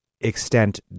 extent